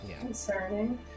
Concerning